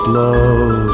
love